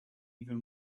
even